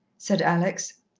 said alex.